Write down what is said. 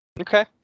Okay